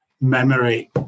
memory